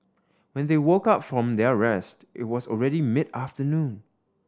when they woke up from their rest it was already mid afternoon